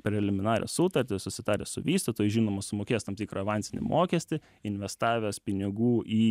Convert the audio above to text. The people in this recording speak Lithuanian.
preliminarią sutartį susitaręs su vystytoju žinoma sumokėjęs tam tikrą avansinį mokestį investavęs pinigų į